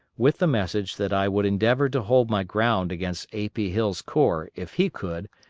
with a message that i would endeavor to hold my ground against a. p. hill's corps if he could,